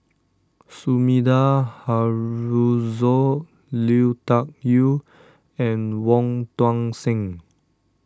Sumida Haruzo Lui Tuck Yew and Wong Tuang Seng